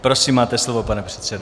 Prosím máte slovo, pane předsedo.